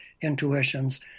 intuitions